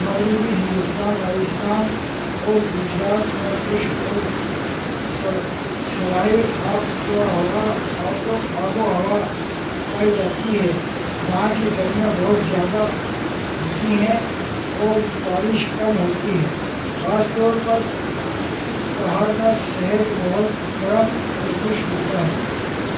مغربی ہندوستان راجستھان اور گجرات میں خشک اور سر صحرائی آب و ہوا آب آب و ہوا پائی جاتی ہے یہاں کی گرمیاں بہت زیادہ ہوتی ہیں اور بارش کم ہوتی ہے خاص طور پر نہار کا شہر بہت گرم اور خشک ہوتا ہے